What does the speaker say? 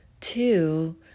Two